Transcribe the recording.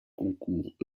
concours